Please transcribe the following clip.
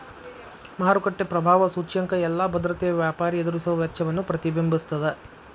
ಮಾರುಕಟ್ಟೆ ಪ್ರಭಾವ ಸೂಚ್ಯಂಕ ಎಲ್ಲಾ ಭದ್ರತೆಯ ವ್ಯಾಪಾರಿ ಎದುರಿಸುವ ವೆಚ್ಚವನ್ನ ಪ್ರತಿಬಿಂಬಿಸ್ತದ